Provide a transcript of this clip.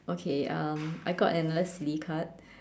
okay um I got another silly card